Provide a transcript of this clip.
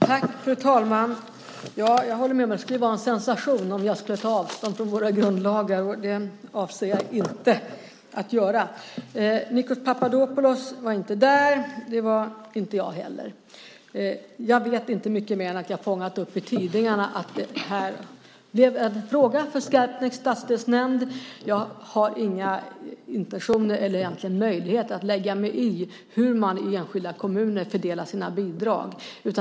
Fru talman! Jag håller med om att det skulle vara en sensation om jag skulle ta avstånd från våra grundlagar. Det avser jag inte att göra. Nikos Papadopoulos var inte där under kvällen. Det var inte jag heller. Jag vet inte mycket mer än att jag har fångat upp i tidningarna att det här blev en fråga för Skarpnäcks stadsdelsnämnd. Jag har inga intentioner och egentligen ingen möjlighet att lägga mig i hur man i enskilda kommuner fördelar sina bidrag.